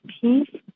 peace